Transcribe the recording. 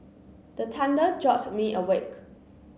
the thunder jolt me awake